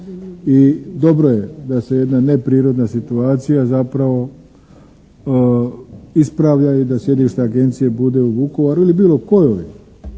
i dobro je da se jedna neprirodna situacija zapravo ispravlja i da sjedište agencije bude u Vukovaru ili bilo kojoj